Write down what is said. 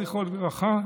זכרו לברכה,